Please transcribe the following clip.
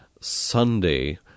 Sunday